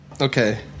Okay